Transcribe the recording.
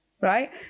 right